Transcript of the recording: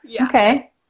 Okay